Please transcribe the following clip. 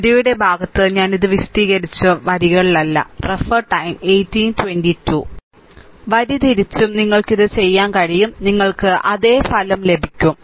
നിരയുടെ ഭാഗത്ത് ഞാൻ ഇത് വിശദീകരിച്ചു വരികളിലല്ല വരി തിരിച്ചും നിങ്ങൾക്ക് ഇത് ചെയ്യാൻ കഴിയും നിങ്ങൾക്ക് അതേ ഫലം ലഭിക്കും